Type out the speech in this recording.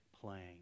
playing